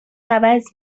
عوض